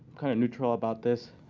kind of neutral about this,